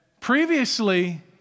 Previously